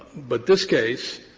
but this case,